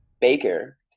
baker